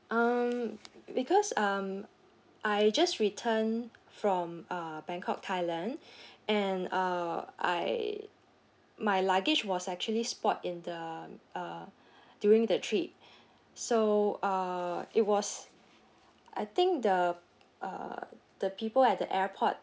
um because um I just return from uh bangkok thailand and uh I my luggage was actually spoiled in the uh during the trip so uh it was I think the uh the people at the airport